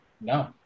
No